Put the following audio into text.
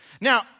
Now